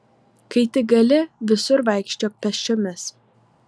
kai tik gali visur vaikščiok pėsčiomis